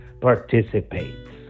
participates